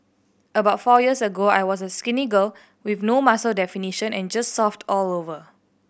about four years ago I was a skinny girl with no muscle definition and just soft all over